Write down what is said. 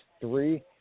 three